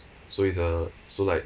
so it's a so like